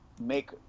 Make